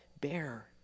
bear